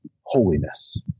holiness